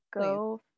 go